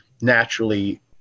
naturally